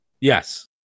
yes